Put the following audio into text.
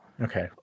okay